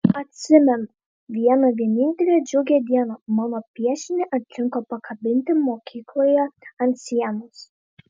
atsimenu vieną vienintelę džiugią dieną mano piešinį atrinko pakabinti mokykloje ant sienos